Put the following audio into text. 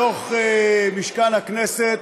במשכן הכנסת,